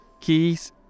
keys